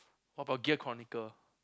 what about Gaer Chronicle